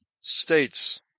states